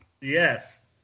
Yes